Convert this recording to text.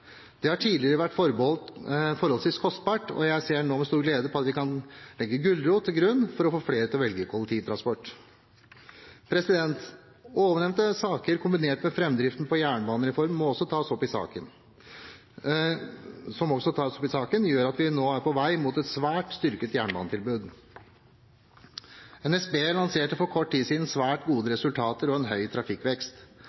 Det har tidligere vært forholdsvis kostbart, og jeg ser nå med stor glede på at vi kan ha en gulrot for å få flere til å velge kollektivtransport. De ovennevnte saker kombinert med framdriften på jernbanereformen som også tas opp i saken, gjør at vi nå er på vei mot et svært styrket jernbanetilbud. NSB lanserte for kort tid siden svært gode